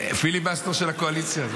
פיליבסטר של הקואליציה.